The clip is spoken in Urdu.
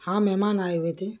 ہاں مہمان آئے ہوئے تھے